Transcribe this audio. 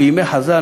בימי חז"ל,